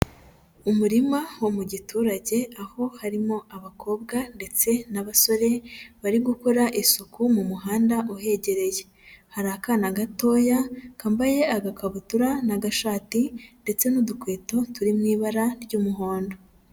Umurima wo mu giturage aho harimo abakobwa ndetse n'abasore, bari gukora isuku mu muhanda uhegereye, hari akana gatoya kambaye agakabutura n'agashati ndetse n'udukweto turi mu ibara ry'umuhondo.